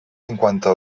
cinquanta